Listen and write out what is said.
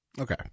Okay